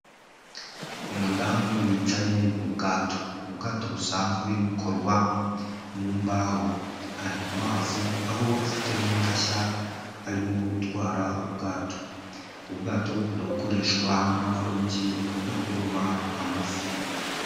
Umudamu wicaye mu bwato. Ni ubwato busanzwe bukorwa mu mbaho, ari mu mazi aho afite n'inganshya arimo gutwara ubwato bukunda gukoreshwa n'abarobyi bakunda kuroba amafi.